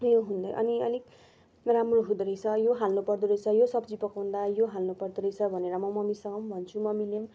यो हुँदै अनि अलिक राम्रो हुँदो रहेछ यो हाल्नु पर्दो रहेछ यो सब्जी पकाउँदा यो हाल्नु पर्दो रहेछ भनेर म मम्मीसँग म भन्छु मम्मीले